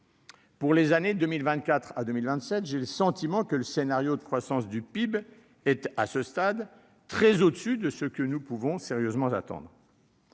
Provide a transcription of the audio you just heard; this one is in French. Pour les années 2024 à 2027, j'ai aussi le sentiment que le scénario de croissance du PIB est, à ce stade, très au-dessus de ce que nous pouvons sérieusement attendre.